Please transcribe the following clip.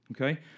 Okay